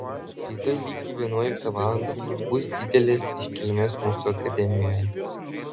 rytoj lygiai vienuoliktą valandą bus didelės iškilmės mūsų akademijoje